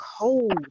cold